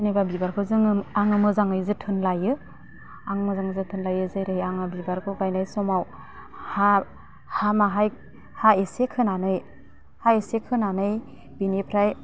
जेनेबा बिबारखौ जोङो आङो मोजाङै जोथोन लायो आं मोजाङै जोथोन लायो जेरै आं बिबारखौ गायनाय समाव हा हा माहाय हा इसे खोनानै हा इसे खोनानै बिनिफ्राय